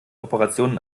operationen